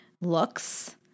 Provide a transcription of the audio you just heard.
looks